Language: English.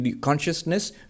consciousness